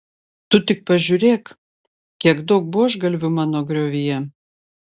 tu tik pažiūrėk kiek daug buožgalvių mano griovyje